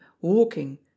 walking